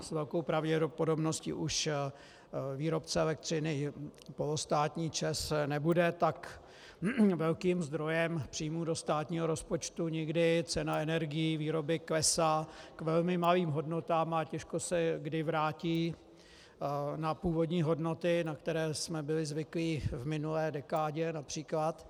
S velkou pravděpodobností už výrobce elektřiny polostátní ČEZ nebude tak velkým zdrojem příjmů do státního rozpočtu, někdy cena energií výroby klesá k velmi malým hodnotám a těžko se kdy vrátí na původní hodnoty, na které jsme byli zvyklí v minulé dekádě například.